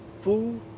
Food